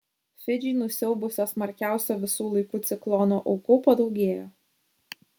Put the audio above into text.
fidžį nusiaubusio smarkiausio visų laikų ciklono aukų padaugėjo